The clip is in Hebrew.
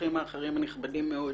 לנוכחים הנכבדים האחרים